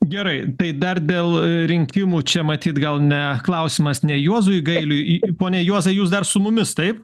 gerai tai dar dėl rinkimų čia matyt gal ne klausimas ne juozui gailiui pone juozai jūs dar su mumis taip